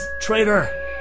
Traitor